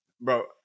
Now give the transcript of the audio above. Bro